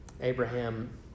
Abraham